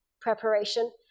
preparation